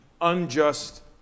Unjust